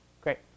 great